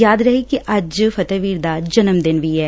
ਯਾਦ ਰਹੇ ਕਿ ਅੱਜ ਫਤਿਹਵੀਰ ਦਾ ਜਨਮ ਦਿਨ ਵੀ ਏ